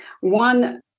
One